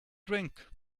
drink